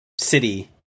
city